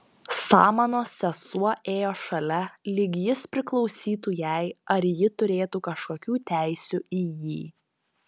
samanos sesuo ėjo šalia lyg jis priklausytų jai ar ji turėtų kažkokių teisių į jį